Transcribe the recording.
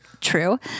true